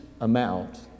amount